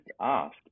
asked